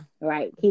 Right